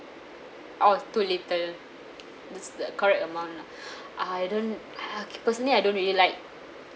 or too little just the correct amount lah I don't okay personally I don't really like